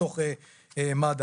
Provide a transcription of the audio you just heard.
בתוך המערכות של איחוד הצלה,